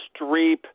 Streep